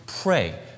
pray